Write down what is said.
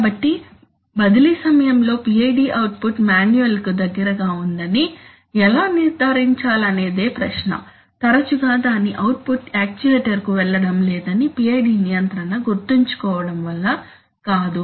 కాబట్టి బదిలీ సమయంలో PID అవుట్పుట్ మాన్యువల్కు దగ్గరగా ఉందని ఎలా నిర్ధారించాలనేది ప్రశ్న తరచుగా దాని అవుట్పుట్ యాక్చుయేటర్కు వెళ్ళడం లేదని PID నియంత్రణ గుర్తుంచుకోవడం వల్ల కాదు